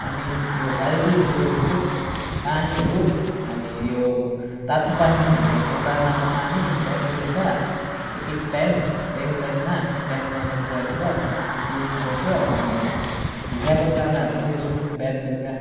अनि यो हेल्दी फुडहरू चाहिँ पानीहरू अनि यो तातो पानीमा भिजाएको चानाको पानी बिहान बेलुका एक एक टाइम सेम टाइममा टाइम म्यानेज गरेर पिउनुपर्छ अनि भिजाएको चानाहरू चाहिँ यसो बिहान बेलुका